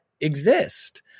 exist